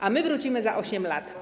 A my wrócimy za 8 lat.